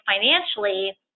financially